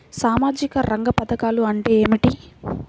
సామాజిక రంగ పధకాలు అంటే ఏమిటీ?